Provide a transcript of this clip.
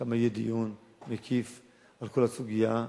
שם יהיה דיון מקיף על כל הסוגיה,